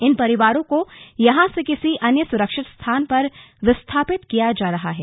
इन परिवारों को यहां से किसी अन्य सुरक्षित स्थान पर विस्थापित किया जा रहा है